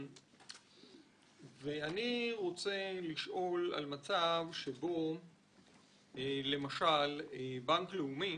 אני רוצה לשאול על מצב שבו בנק לאומי